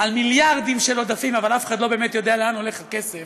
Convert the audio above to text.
על מיליארדים של עודפים אבל אף אחד לא באמת יודע לאן הולך הכסף,